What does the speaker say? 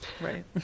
Right